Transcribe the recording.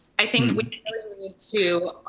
i think we need to